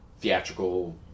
theatrical